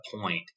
point